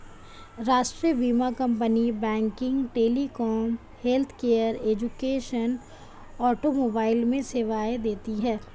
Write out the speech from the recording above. राष्ट्रीय बीमा company banking, telecom, healthcare, education, automobile में सेवाएं देती है